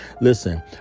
Listen